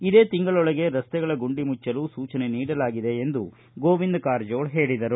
ಇದೇ ತಿಂಗಳೊಳಗೆ ರಸ್ತೆಗಳ ಗುಂಡಿ ಮುಚ್ಚಲು ಸೂಚನೆ ನೀಡಲಾಗಿದೆ ಎಂದು ಗೋವಿಂದ ಕಾರಜೋಳ ಹೇಳದರು